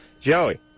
Joey